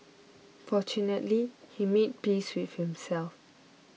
fortunately he made peace with himself